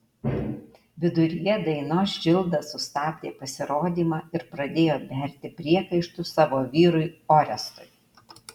viduryje dainos džilda sustabdė pasirodymą ir pradėjo berti priekaištus savo vyrui orestui